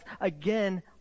again